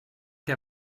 che